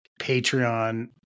Patreon